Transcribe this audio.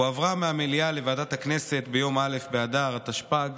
הועברה מהמליאה לוועדת הכנסת ביום א' באדר התשפ"ג,